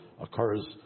occurs